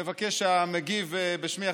אני מבקש שהמגיב בשמי,